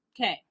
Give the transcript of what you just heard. Okay